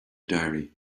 diary